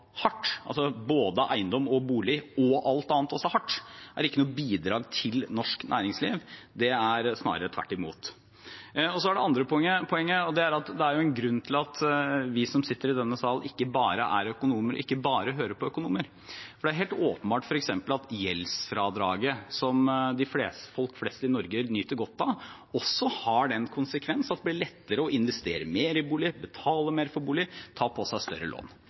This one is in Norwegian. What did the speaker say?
hardt, både eiendom og bolig og alt annet også hardt, er ikke noe bidrag til norsk næringsliv. Det er snarere tvert imot. Så til det andre poenget: Det er at det er en grunn til at vi som sitter i denne salen, ikke bare er økonomer og ikke bare hører på økonomer. Det er helt åpenbart at gjeldsfradraget som folk flest i Norge nyter godt av, også har den konsekvens at det blir lettere å investere mer i bolig, betale mer for bolig, ta på seg større lån